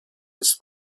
his